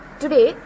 today